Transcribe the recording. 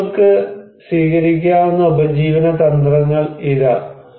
ആളുകൾക്ക് സ്വീകരിക്കാവുന്ന ഉപജീവന തന്ത്രങ്ങൾ ഇതാ